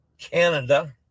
Canada